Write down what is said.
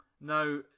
now